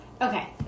Okay